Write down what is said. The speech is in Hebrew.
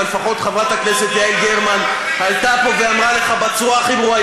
אבל לפחות חברת הכנסת יעל גרמן עלתה לפה ואמרה לך בצורה הכי ברורה,